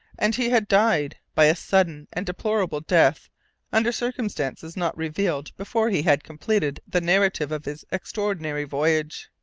and he had died, by a sudden and deplorable death under circumstances not revealed before he had completed the narrative of his extraordinary voyage.